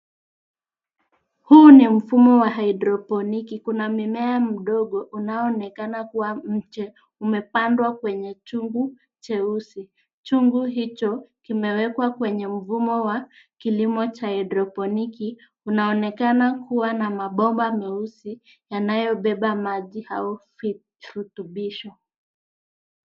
Huu ni mfumo wa hydroponiki, kuna mimea mdogo unaoonekana kuwa mche umepandwa kwenye chungu cheusi. Chungu hicho kimewekwa kwenye mfumo wa kilimo cha hydroponiki unaonekana kuwa na mabomba meusi yanayobeba maji au virutubisho.